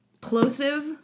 Plosive